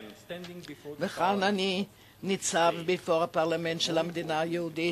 וכאן אני ניצב לפני הפרלמנט של המדינה היהודית,